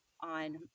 on